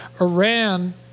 Iran